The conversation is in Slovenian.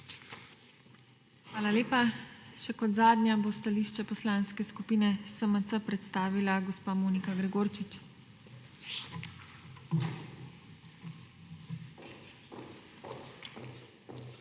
Hvala lepa. Še kot zadnja bo stališče Poslanske skupine SMC predstavila gospa Monika Gregorčič. **MONIKA